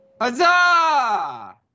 Huzzah